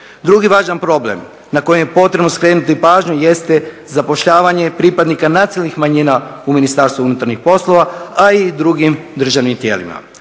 Drugi važan problem na koji je potrebno skrenuti pažnju jeste zapošljavanje pripadnika nacionalnih manjina u Ministarstvu vanjskih poslova, a i drugim državnim tijelima.